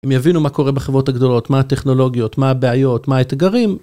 אם יבינו מה קורה בחברות הגדולות, מה הטכנולוגיות, מה הבעיות, מה האתגרים,